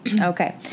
Okay